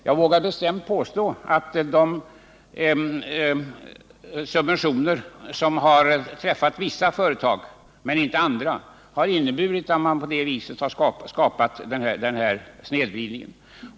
Jag vågar bestämt påstå att de subventioner som har utgått till vissa företag men inte till andra har inneburit att man har skapat en snedvridning.